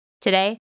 Today